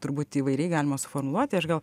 turbūt įvairiai galima formuluoti aš gal